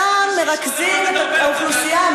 שם מרכזים את האוכלוסייה,